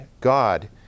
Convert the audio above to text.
God